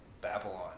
Babylon